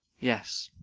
yes.